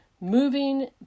moving